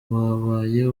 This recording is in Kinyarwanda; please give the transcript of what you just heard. wabaye